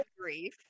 grief